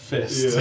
Fist